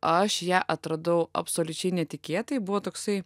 aš ją atradau absoliučiai netikėtai buvo toksai